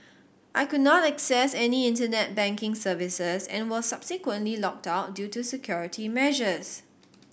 I could not access any Internet banking services and was subsequently locked out due to security measures